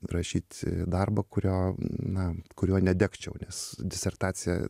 rašyt darbą kurio na kuriuo nedegčiau nes disertacija